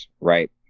right